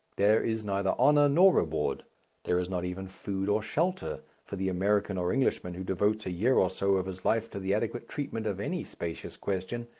there is neither honour nor reward there is not even food or shelter for the american or englishman who devotes a year or so of his life to the adequate treatment of any spacious question,